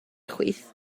chwith